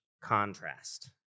contrast